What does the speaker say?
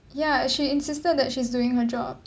ya she insisted that she's doing her job